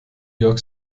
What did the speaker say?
york